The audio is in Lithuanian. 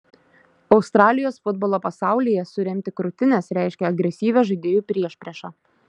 australijos futbolo pasaulyje suremti krūtines reiškia agresyvią žaidėjų priešpriešą